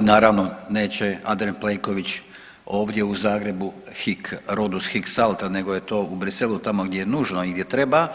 naravno neće Andrej Plenković ovdje u Zagrebu hik Rodus hik salta nego je to u Bruxellesu tamo gdje je nužno i gdje i treba.